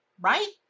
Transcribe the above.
right